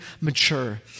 mature